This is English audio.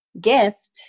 gift